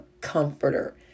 comforter